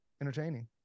entertaining